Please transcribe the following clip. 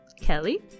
Kelly